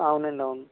అవునండి అవును